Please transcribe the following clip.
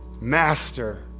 Master